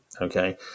Okay